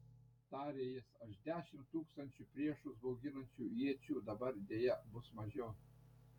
tarė jis aš dešimt tūkstančių priešus bauginančių iečių dabar deja bus mažiau